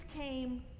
came